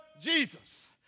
Jesus